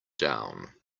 down